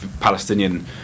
Palestinian